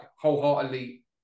wholeheartedly